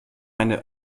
eine